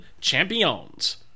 champions